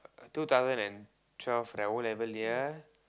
two thousand and twelve that o-level year